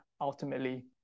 ultimately